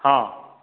ହଁ